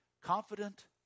confident